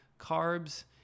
carbs